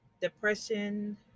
depression